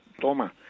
toma